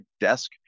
desk